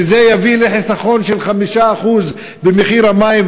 שזה יביא לחיסכון של 5% במחיר המים.